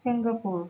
Singapore